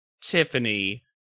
Tiffany